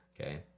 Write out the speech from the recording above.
okay